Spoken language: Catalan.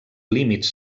límits